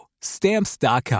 Stamps.com